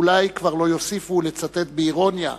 אולי כבר לא יוסיפו לצטט באירוניה,